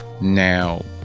Now